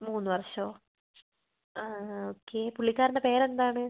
മൂന്ന് വർഷമോ ഓക്കെ പുള്ളിക്കാരന്റെ പേര് എന്താണ്